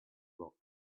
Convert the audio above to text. lot